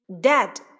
Dad